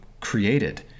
created